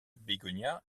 bégonia